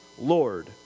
Lord